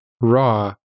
raw